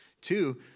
Two